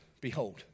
Behold